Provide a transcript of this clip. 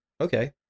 Okay